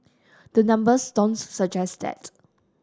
the numbers don't suggest that